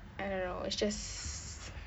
I don't know it's just